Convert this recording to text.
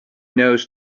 knows